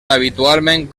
habitualment